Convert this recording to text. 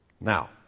Now